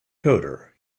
coder